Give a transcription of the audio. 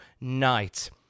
night